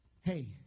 hey